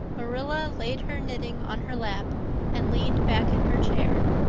marilla laid her knitting on her lap and leaned back in her chair.